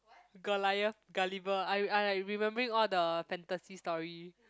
got liar Gulliver I I like remembering all the fantasy story